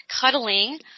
cuddling